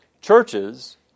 Churches